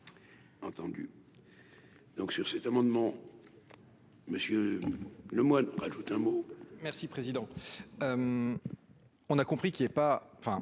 Entendu donc sur cet amendement Monsieur le Lemoine rajouter un mot.